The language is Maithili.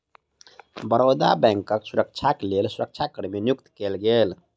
बड़ौदा बैंकक सुरक्षाक लेल सुरक्षा कर्मी नियुक्त कएल गेल